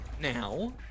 Now